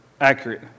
accurate